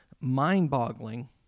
mind-boggling